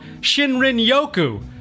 Shinrin-yoku